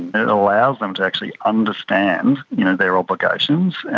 it allows them to actually understand you know their obligations.